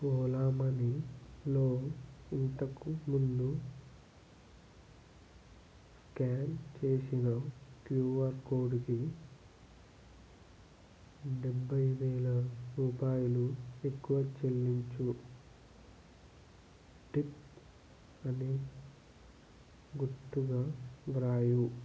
ఓలా మనీలో ఇంతకు ముందు స్క్యాన్ చేసిన క్యూఆర్ కోడ్కి డెబ్బై వేలు రూపాయలు ఎక్కువ చెల్లించు టిప్ అని గుర్తుగా వ్రాయి